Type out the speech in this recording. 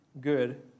good